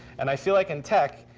and i feel like in tech,